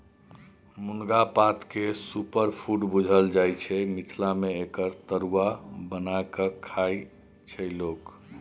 मुनगा पातकेँ सुपरफुड बुझल जाइ छै मिथिला मे एकर तरुआ बना कए खाइ छै लोक